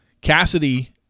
Cassidy